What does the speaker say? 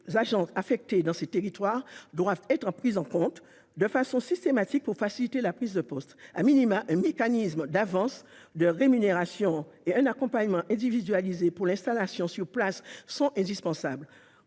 des agents affectés dans ces territoires doivent être prises en compte de façon systématique pour faciliter la prise de poste., un mécanisme d'avance sur rémunération et un accompagnement individualisé pour l'installation sur place sont indispensables.